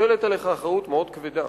מוטלת עליך אחריות מאוד כבדה.